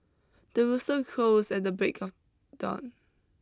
the rooster crows at the break of dawn